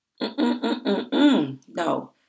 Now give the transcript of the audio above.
No